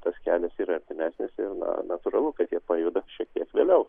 tas kelias yra artimesnis ir na natūralu kad jie pajuda šiek tiek vėliau